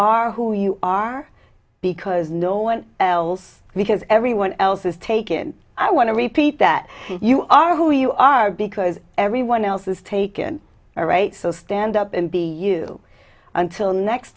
are who you are because no one else because everyone else is taken i want to repeat that you are who you are because everyone else has taken a right so stand up and be you until next